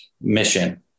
mission